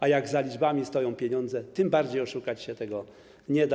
A jak za liczbami stoją pieniądze, tym bardziej oszukać się nie da.